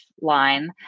line